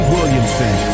Williamson